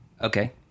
Okay